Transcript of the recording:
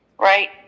right